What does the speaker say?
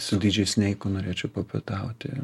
su dydžiai sneiku norėčiau papietauti